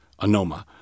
anoma